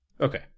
Okay